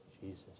Jesus